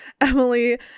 emily